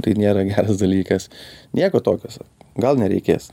tai nėra geras dalykas nieko tokio sako gal nereikės